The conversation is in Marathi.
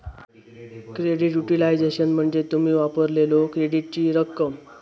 क्रेडिट युटिलायझेशन म्हणजे तुम्ही वापरलेल्यो क्रेडिटची रक्कम